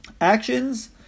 actions